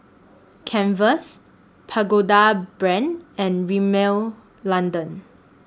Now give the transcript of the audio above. Converse Pagoda Brand and Rimmel London